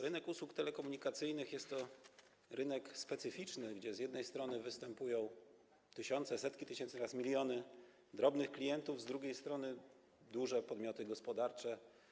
Rynek usług telekomunikacyjnych to rynek specyficzny, gdzie z jednej strony występują tysiące, setki tysięcy oraz miliony drobnych klientów, a z drugiej strony - duże podmioty gospodarcze.